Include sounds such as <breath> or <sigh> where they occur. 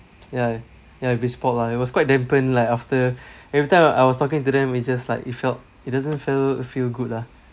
ya ya every spot lah it was quite dampen like after <breath> every time I was talking to them it's just like it felt it doesn't feel feel good lah